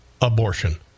abortion